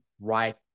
right